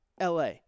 LA